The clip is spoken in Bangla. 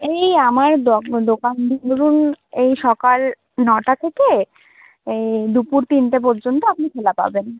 এই আমার দোকান ধরুন এই সকাল নটা থেকে এই দুপুর তিনটে পর্যন্ত আপনি খোলা পাবেন